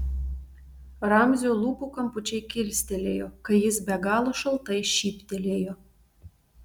ramzio lūpų kampučiai kilstelėjo kai jis be galo šaltai šyptelėjo